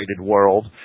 world